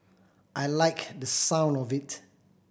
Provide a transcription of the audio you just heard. I liked the sound of it